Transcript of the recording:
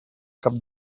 cap